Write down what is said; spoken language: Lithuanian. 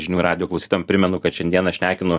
žinių radijo klausytojam primenu kad šiandieną šnekinu